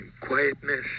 quietness